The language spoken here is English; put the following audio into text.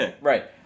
Right